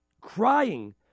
crying